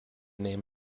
name